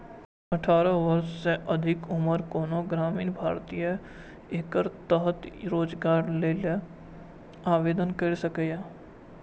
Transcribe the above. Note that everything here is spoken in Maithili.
अठारह वर्ष सँ अधिक उम्रक कोनो ग्रामीण भारतीय एकर तहत रोजगार लेल आवेदन कैर सकैए